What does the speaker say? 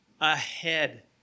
ahead